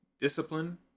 discipline